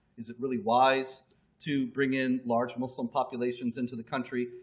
is it really wise to bring in large muslim populations into the country?